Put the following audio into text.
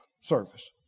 service